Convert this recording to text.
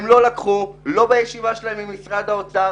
הם לא לקחו בישיבה שלהם עם משרד האוצר